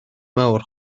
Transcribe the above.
mawr